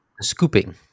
scooping